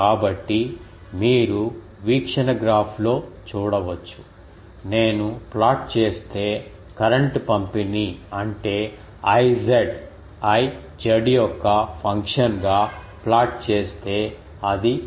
కాబట్టి మీరు వీక్షణ గ్రాఫ్లో చూడవచ్చు నేను ప్లాట్ చేస్తే కరెంట్ పంపిణీ అంటే I I z యొక్క ఫంక్షన్ గా ప్లాట్ చేస్తే అది సైనోసోయిడల్ లాంటిది